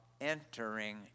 entering